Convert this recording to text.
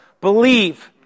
believe